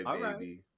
baby